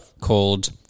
called